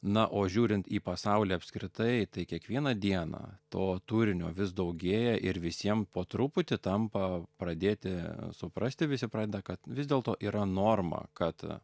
na o žiūrint į pasaulį apskritai tai kiekvieną dieną to turinio vis daugėja ir visiem po truputį tampa pradėti suprasti visi pradeda kad vis dėlto yra norma kad